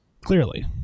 Clearly